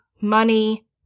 money